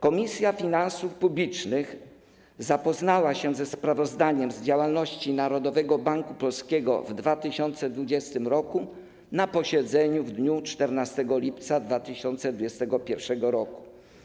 Komisja Finansów Publicznych zapoznała się ze sprawozdaniem z działalności Narodowego Banku Polskiego w 2020 r. na posiedzeniu w dniu 14 lipca 2021 r.